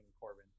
Corbin